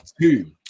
Two